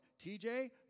TJ